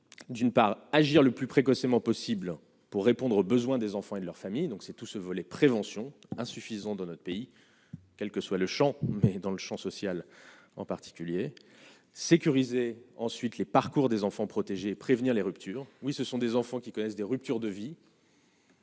d'une part, agir le plus précocement possible pour répondre aux besoins des enfants et de leur famille, donc c'est tout ce volet prévention insuffisante dans notre pays, quel que soit le Champ et dans le Champ social, en particulier sécurisé ensuite les parcours des enfants protéger et prévenir les ruptures oui ce sont des enfants qui connaissent des ruptures de vie.